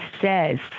says